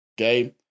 Okay